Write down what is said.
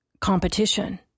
competition